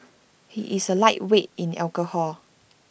he is A lightweight in alcohol